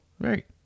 Right